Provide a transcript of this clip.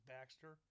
Baxter